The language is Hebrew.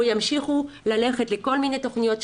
או ימשיכו ללכת לכל מיני תכניות,